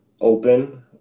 open